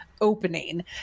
opening